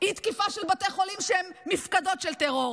אי-תקיפה של בתי חולים שהם מפקדות של טרור.